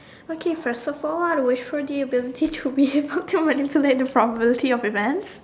okay first of all I wish for the ability to be able to manipulate the probability of events